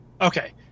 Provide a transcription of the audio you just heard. Okay